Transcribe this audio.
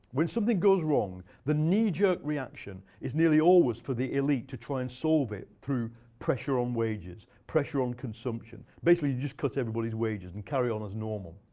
when something goes wrong, the knee-jerk reaction is nearly always for the elite to try and solve it through pressure on wages, pressure on consumption. basically just cuts everybody's wages and carry on as normal.